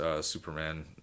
Superman